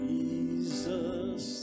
Jesus